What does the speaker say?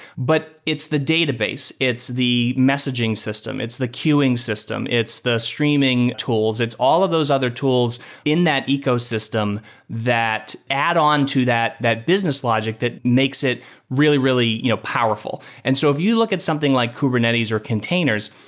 but it's the database. it's the messaging system. it's the queuing system. it's the streaming tools. it's all of those other tools in that ecosystem that add on to that that business logic that makes it really, really you know powerful. and so if you look at something like kubernetes or containers,